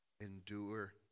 endure